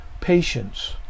patience